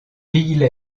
pille